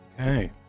Okay